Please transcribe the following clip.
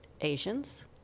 Asians